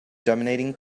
dominating